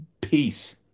Peace